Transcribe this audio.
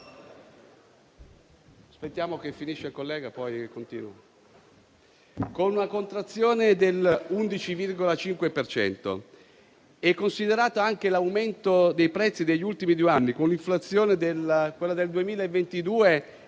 con una contrazione dell'11,5 per cento. Considerato anche l'aumento dei prezzi degli ultimi due anni, con l'inflazione che nel 2022